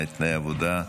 מהם תנאי העבודה.